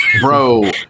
Bro